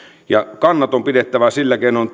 ja kannat on pidettävä sillä keinoin